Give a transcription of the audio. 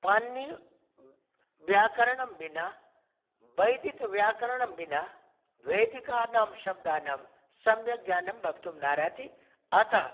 पाणिनीयव्याकरणं विना वैदिकव्याकरणं विना वैदिकानां शब्दानां सम्यक् ज्ञानं भवितुं नार्हति अतः